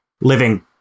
living